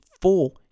four